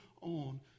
on